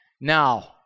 Now